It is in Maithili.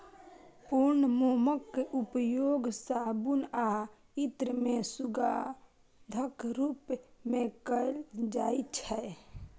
पूर्ण मोमक उपयोग साबुन आ इत्र मे सुगंधक रूप मे कैल जाइ छै